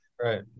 Right